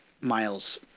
Miles